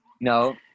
No